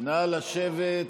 נא לשבת.